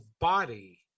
body